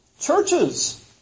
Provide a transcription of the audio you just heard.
churches